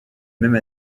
même